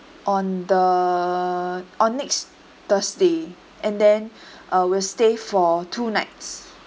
on the on next thursday and then uh will stay for two nights